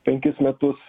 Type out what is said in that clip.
penkis metus